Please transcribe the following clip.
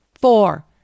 Four